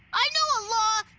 i know a law.